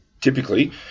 Typically